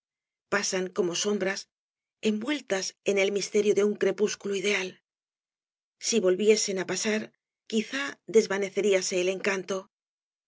pasan como sombras envueltas en el so obras de valle inclan misterio de un crepúsculo ideal si volviesen á pasar quizá desvaneceríase el encanto